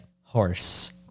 Horse